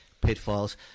pitfalls